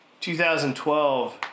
2012